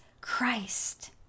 Christ